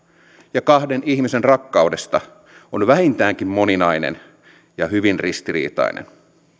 ja kahden ihmisen rakkaudesta on vähintäänkin moninainen ja hyvin ristiriitainen